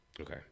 Okay